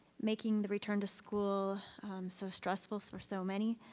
making the return to school so stressful for so many,